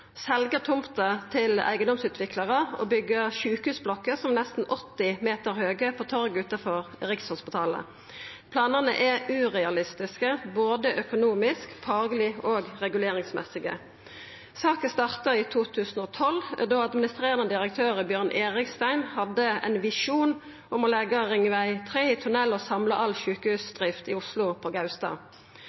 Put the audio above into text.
tomta til eigedomsutviklarar og byggja sjukehusblokker som er nesten 80 meter høge på torget utanfor Rikshospitalet. Planane er urealistiske, både økonomisk, fagleg og reguleringsmessig. Saka starta i 2012 då administrerande direktør Bjørn Erikstein hadde ein visjon om å leggja ringveg 3 i tunnel og samla all sjukehusdrift i Oslo på